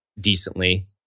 decently